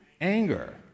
anger